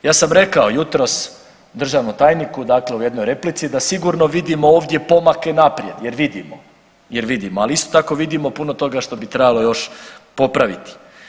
Ja sam rekao jutros državnom tajniku dakle u jednoj replici da sigurno vidimo ovdje pomake naprijed jer vidimo, jer vidimo, ali isto tako vidimo puno toga što ne bi trebalo još popraviti.